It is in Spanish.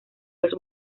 los